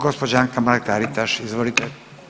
Gospođa Anka Mrak Taritaš izvolite.